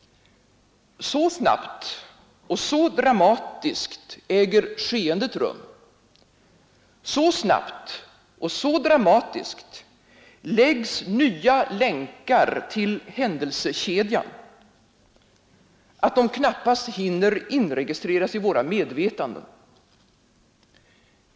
Så snabbt och så dramatiskt äger skeendet rum. Så snabbt och så dramatiskt läggs nya länkar till händelsekedjan att de knappast hinner inregistreras i våra medvetanden.